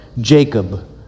Jacob